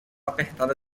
apertada